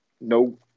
no